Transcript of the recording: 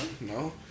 No